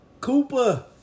Cooper